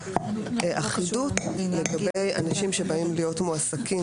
ואחידות לגבי אנשים שבאים להיות מועסקים